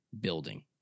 building